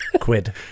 Quid